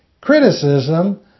criticism